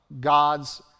God's